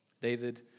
David